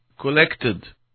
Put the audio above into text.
collected